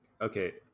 Okay